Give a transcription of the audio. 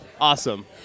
Awesome